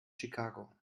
chicago